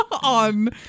on